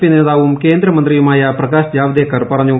P നേതാവും കേന്ദ്രമന്ത്രിയുമായ പ്രകാശ് ജാവ്ദേക്കർ പറഞ്ഞു